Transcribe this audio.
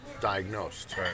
diagnosed